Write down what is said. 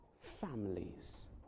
families